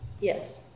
Yes